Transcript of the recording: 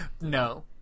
No